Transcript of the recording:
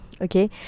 okay